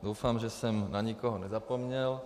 Doufám, že jsem na nikoho nezapomněl.